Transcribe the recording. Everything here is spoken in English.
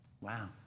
Wow